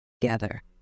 together